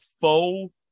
faux